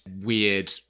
weird